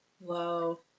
Whoa